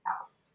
else